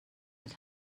had